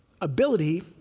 ability